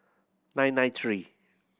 nine nine three